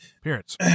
Appearance